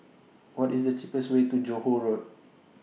What IS The cheapest Way to Johore Road